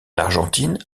argentine